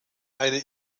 eine